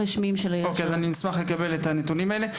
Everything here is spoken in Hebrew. אוקיי, אז אשמח לקבל את הנתונים האלה.